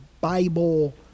Bible